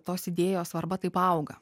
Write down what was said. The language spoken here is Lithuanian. tos idėjos svarba taip auga